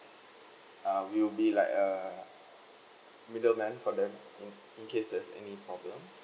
uh we will be like err middle man for them in in case there is any problem